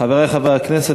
חברי חברי הכנסת,